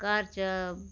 घर च